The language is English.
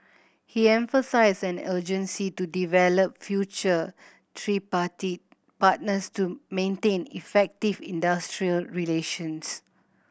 he emphasised an urgency to develop future tripartite partners to maintain effective industrial relations